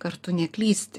kartu neklysti